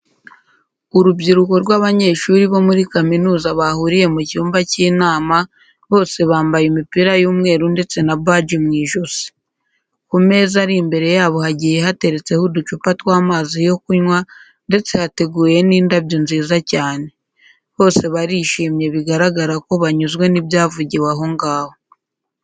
Urubyiruko rw'abanyeshuri bo muri kaminuza bahuriye mu cyumba cy'inama bose bambaye imipira y'umweru ndetse na baji mu ijosi. Ku meza ari imbere yabo hagiye hateretseho uducupa tw'amazi yo kunywa ndetse hateguye n'indabyo nziza cyane. Bose barishimye bigaragara ko banyuzwe n'ibyavugiwe aho ngaho.